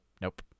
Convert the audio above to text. Nope